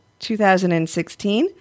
2016